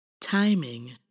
timing